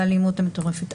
לאלימות המטורפת,